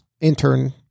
intern